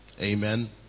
Amen